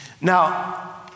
Now